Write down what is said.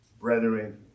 Brethren